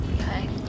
Okay